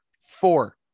Four